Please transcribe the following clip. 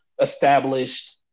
established